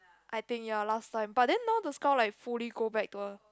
I think ya last time but then now the skull like fully go back to a